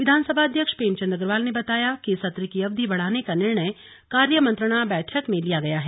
विधानसभा अध्यक्ष प्रेमचंद अग्रवाल ने बताया कि सत्र की अवधि बढ़ाने का निर्णय कार्यमंत्रणा बैठक के बाद लिया गया है